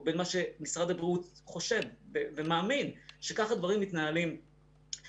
או בין מה שמשרד הבריאות חושב ומאמין שכך הדברים מתהלים בשטח,